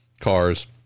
cars